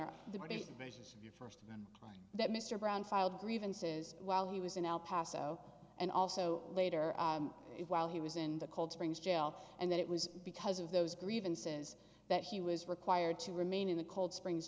of your line that mr brown filed grievances while he was in el paso and also later while he was in the cold springs jail and that it was because of those grievances that he was required to remain in the cold springs